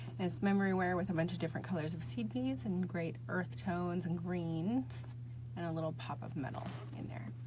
it's memory wire with a bunch of different colors of seed beads and great earth tones and greens and a little pop of metal in there.